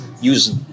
use